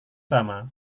sama